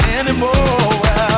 anymore